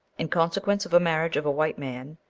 in consequence of a marriage of a white man,